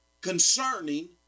concerning